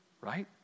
Right